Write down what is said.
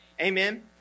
Amen